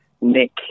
Nick